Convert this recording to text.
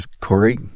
Corey